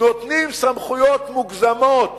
נותנים סמכויות מוגזמות